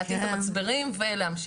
להטעין את המצברים ולהמשיך.